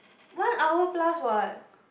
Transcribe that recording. one hour plus what